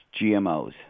GMOs